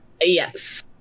yes